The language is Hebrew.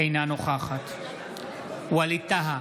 אינה נוכחת ווליד טאהא,